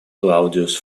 claudius